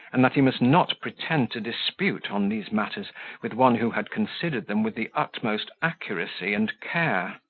and that he must not pretend to dispute on these matters with one who had considered them with the utmost accuracy and care.